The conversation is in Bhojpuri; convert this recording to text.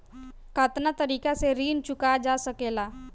कातना तरीके से ऋण चुका जा सेकला?